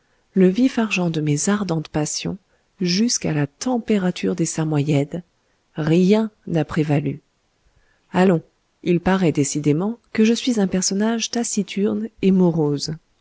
le vif-argent de mes ardentes passions jusqu'à la température des samoyèdes rien n'a prévalu allons il paraît décidément que je suis un personnage taciturne et morose